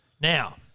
Now